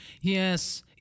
yes